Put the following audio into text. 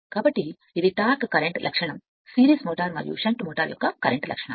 కాబట్టి ఇది torque current character series motor మరియు షంట్ మోటర్ యొక్క కరెంట్ లక్షణాలు